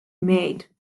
made